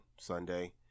Sunday